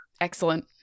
Excellent